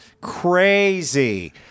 crazy